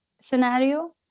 scenario